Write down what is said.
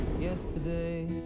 Yesterday